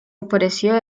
operació